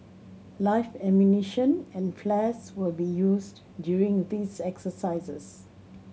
live ammunition and flares will be used during these exercises